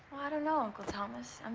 i don't know uncle thomas.